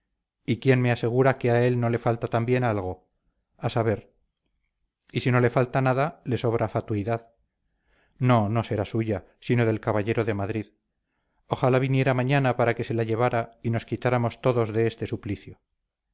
y quién me asegura que a él no le falta también algo a saber y si no le falta nada le sobra fatuidad no no será suya sino del caballero de madrid ojalá viniera mañana para que se la llevara y nos quitáramos todos de este suplicio